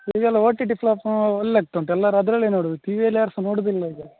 ಈಗೆಲ್ಲ O T T platform ಅಲ್ಲಿ ಒಳ್ಳೆ ಆಗ್ತುಂಟು ಎಲ್ಲರು ಅದರಲ್ಲೇ ನೋಡುದು ಟಿ ವಿಯಲ್ಲಿ ಯಾರು ಸಹ ನೋಡೋದಿಲ್ಲ ಈಗ